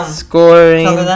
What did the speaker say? scoring